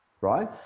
right